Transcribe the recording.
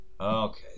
okay